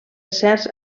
certs